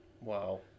Wow